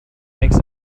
makes